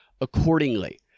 accordingly